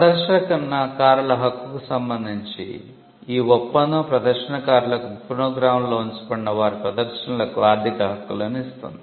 ప్రదర్శనకారుల హక్కుకు సంబంధించి ఈ ఒప్పందం ప్రదర్శనకారులకు ఫోనోగ్రామ్లలో ఉంచబడిన వారి ప్రదర్శనలకు ఆర్థిక హక్కులను ఇస్తుంది